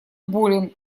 болен